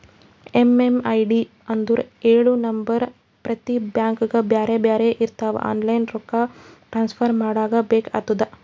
MMID ಅಂದುರ್ ಎಳು number ಪ್ರತಿ ಬ್ಯಾಂಕ್ಗ ಬ್ಯಾರೆ ಬ್ಯಾರೆ ಇರ್ತಾವ್ ಆನ್ಲೈನ್ ರೊಕ್ಕಾ ಟ್ರಾನ್ಸಫರ್ ಮಾಡಾಗ ಬೇಕ್ ಆತುದ